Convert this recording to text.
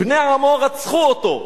בני עמו רצחו אותו,